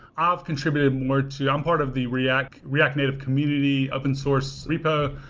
i've contributed more to i'm part of the react react native community open-source repo.